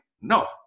No